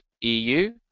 EU